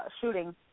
shooting